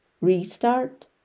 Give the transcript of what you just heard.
restart